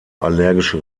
allergische